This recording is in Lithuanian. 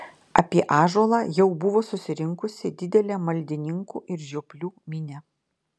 apie ąžuolą jau buvo susirinkusi didelė maldininkų ir žioplių minia